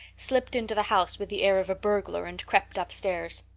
slipped into the house with the air of a burglar and crept upstairs.